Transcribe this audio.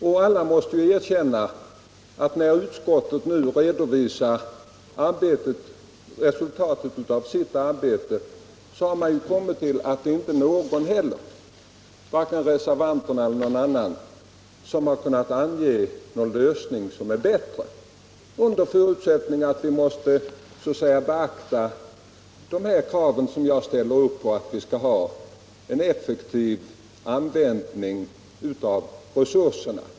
i Alla måste erkänna att när utskottet nu redovisar resultatet av sitt arbete visar det sig att varken reservanterna eller några andra kunnat ange någon lösning som är bättre — under förutsättning att vi beaktar de krav jag nämnde att vi skall ha en effektiv användning av resurserna.